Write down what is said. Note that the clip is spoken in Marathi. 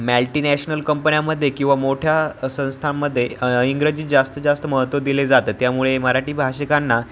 मॅल्टीनॅशनल कंपन्यामध्ये किंवा मोठ्या संस्थांमध्ये इंग्रजीत जास्त जास्त महत्त्व दिले जातं त्यामुळे मराठी भाषिकांना